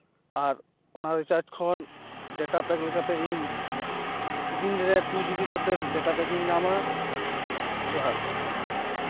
ᱟᱨ ᱚᱱᱟ ᱨᱤᱪᱟᱨᱡᱽ ᱠᱷᱚᱱ data pack ᱞᱮᱠᱟᱛᱮ ᱤᱧ ᱫᱤᱱᱨᱮ ᱴᱩ ᱡᱤᱵᱤ ᱠᱟᱛᱮᱫ ᱰᱮᱴᱟ ᱯᱮᱠ ᱤᱧ ᱧᱟᱢᱟ ᱡᱚᱦᱟᱨ